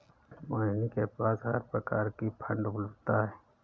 मोहिनी के पास हर प्रकार की फ़ंड उपलब्ध है